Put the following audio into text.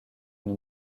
une